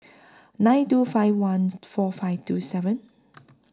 nine two five one four five two seven